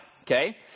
Okay